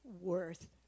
worth